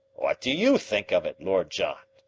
what do you think of it, lord john?